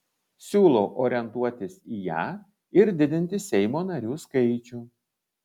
siūlau orientuotis į ją ir didinti seimo narių skaičių